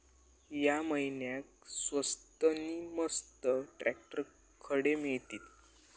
या महिन्याक स्वस्त नी मस्त ट्रॅक्टर खडे मिळतीत?